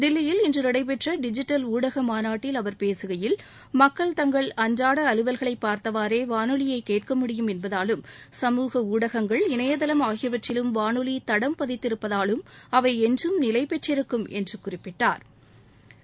தில்லியில் இன்று நடைபெற்ற டிஜிட்டல் ஊடக மாநாட்டில் அவர் பேசுகையில் மக்கள் தங்கள் அன்றாட அலுவல்களை பார்த்தவாறே வானொலியை கேட்க முடியும் என்பதாலும் சமூக ஊடகங்கள் இனையதளம் ஆகியவற்றிலும் வானொலி தடம் பதித்திருப்பதாலும் அவை என்றும் நிலை பெற்றிருக்கும் என்றும் குறிப்பிட்டாா்